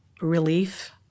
relief